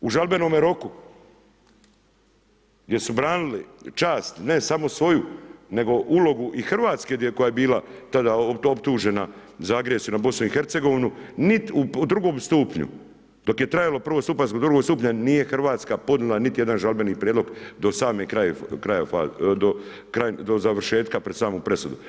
U žalbenome roku, jesu branili čast, ne samo svoju, nego ulogu i Hrvatske koja je bila tada optužena za agresiju na BiH u drugom stupnju, dok je trajalo prvostupanjsko, drugog stupnja nije Hrvatska podnijela niti jedan žalbeni prijedlog do završetka pred samu presudu.